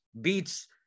beats –